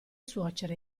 suocera